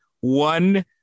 one